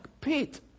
pit